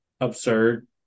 absurd